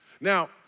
Now